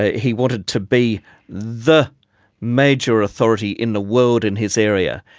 ah he wanted to be the major authority in the world in his area,